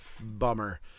Bummer